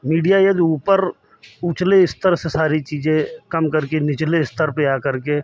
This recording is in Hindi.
मीडिया यदि ऊपर उछले इस तरह से सारी चीज़ें कम कर के निचले स्तर पे आ कर के